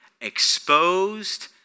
exposed